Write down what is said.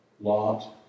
Lot